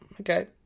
okay